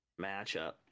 matchup